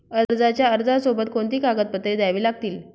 कर्जाच्या अर्जासोबत कोणती कागदपत्रे द्यावी लागतील?